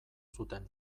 zuten